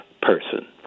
person